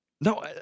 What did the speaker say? No